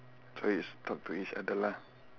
so it's talk to each other lah